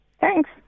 Thanks